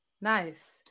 Nice